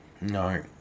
No